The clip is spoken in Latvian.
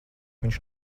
viņš